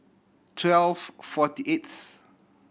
twelve forty eighth